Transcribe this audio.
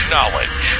Knowledge